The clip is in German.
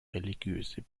religiöse